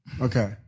Okay